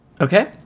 Okay